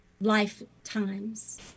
lifetimes